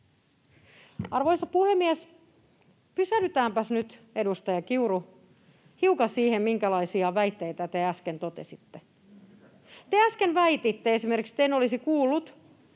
Arvoisa puhemies! Pysähdytäänpäs nyt, edustaja Kiuru, hiukan siihen, minkälaisia väitteitä te äsken totesitte. Te äsken väititte esimerkiksi, että en olisi kuullut,